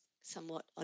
somewhat